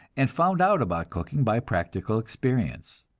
and found out about cooking by practical experience.